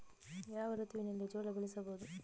ಯಾವ ಋತುವಿನಲ್ಲಿ ಜೋಳ ಬೆಳೆಸಬಹುದು?